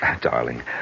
Darling